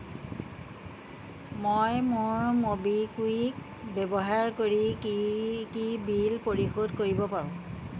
মই মোৰ ম'বিকুইক ব্যৱহাৰ কৰি কি কি বিল পৰিশোধ কৰিব পাৰোঁ